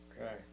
Okay